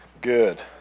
Good